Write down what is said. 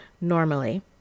normally